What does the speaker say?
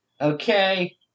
okay